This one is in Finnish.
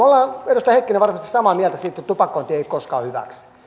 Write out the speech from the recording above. olemme edustaja heikkinen varmasti samaa mieltä siitä että tupakointi ei ole koskaan hyväksi